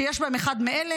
שיש בהן אחד מאלה,